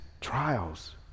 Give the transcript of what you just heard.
trials